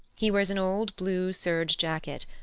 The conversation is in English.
he wears an old blue serge jacket,